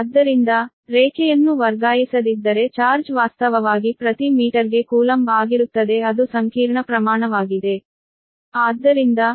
ಆದ್ದರಿಂದ ರೇಖೆಯನ್ನು ವರ್ಗಾಯಿಸದಿದ್ದರೆ ಚಾರ್ಜ್ ವಾಸ್ತವವಾಗಿ ಪ್ರತಿ ಮೀಟರ್ಗೆ ಕೂಲಂಬ್ ಆಗಿರುತ್ತದೆ ಅದು ಸಂಕೀರ್ಣ ಪ್ರಮಾಣವಾಗಿದೆಕಾಂಪ್ಲೆಕ್ಸ್ ಕ್ವಾಂಟಿಟಿ